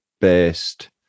based